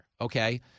Okay